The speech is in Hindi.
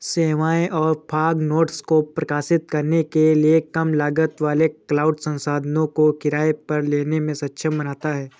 सेवाओं और फॉग नोड्स को प्रकाशित करने के लिए कम लागत वाले क्लाउड संसाधनों को किराए पर लेने में सक्षम बनाता है